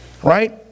Right